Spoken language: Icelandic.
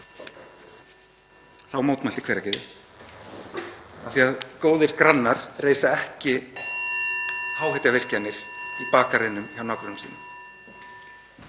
Þá mótmælti Hveragerði af því að góðir grannar reisa ekki háhitavirkjanir í bakgarðinum hjá nágrönnum sínum.